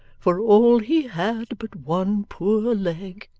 for all he had but one poor leg.